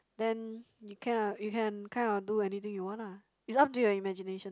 then you can ah you can kind of do anything you want lah it's up to your imagination